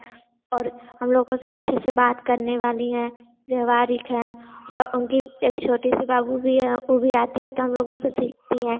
और हम लोगों से अच्छे से बात करने वाली हैं व्यवहारिक हैं सब उनकी एक छोटी सी बाबू भी है वह भी आती है तो हम लोगों से सीखती है